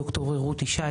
ד"ר רותי ישי,